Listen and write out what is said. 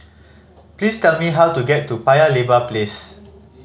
please tell me how to get to Paya Lebar Place